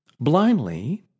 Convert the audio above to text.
blindly